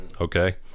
okay